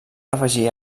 afegir